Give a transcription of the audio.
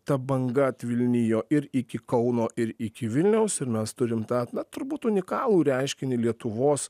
ta banga atvilnijo ir iki kauno ir iki vilniaus ir mes turim tą turbūt unikalų reiškinį lietuvos